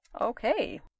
Okay